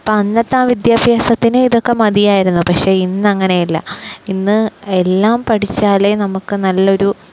അപ്പോള് അന്നത്തെ ആ വിദ്യാഭ്യാസത്തിന് ഇതൊക്കെ മതിയായിരുന്നു പക്ഷെ ഇന്നങ്ങനെയല്ല ഇന്ന് എല്ലാം പഠിച്ചാലേ നമുക്ക് നല്ലയൊരു